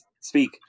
speak